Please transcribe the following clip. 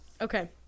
Okay